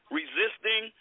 resisting